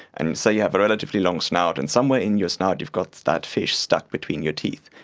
and and say you have a relatively long snout and somewhere in your snout you've got that fish stuck between your teeth.